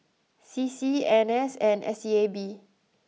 C C N S and S E A B